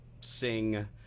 sing